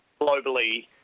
globally